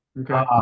Okay